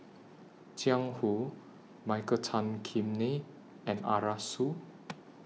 Jiang Hu Michael Tan Kim Nei and Arasu